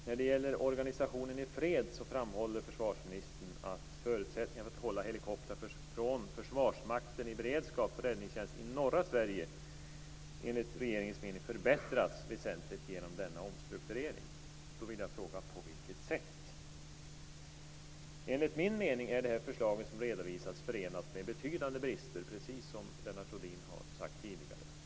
När det gäller organisationen i fred framhåller försvarsministern att "förutsättningarna för att hålla helikopter från Försvarsmakten i beredskap för räddningstjänst i norra Sverige, enligt regeringens mening, förbättrats väsentligt genom denna omstrukturering". Enligt min mening är det förslag som redovisats förenat med betydande brister, precis som Lennart Rohdin har sagt tidigare.